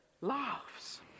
laughs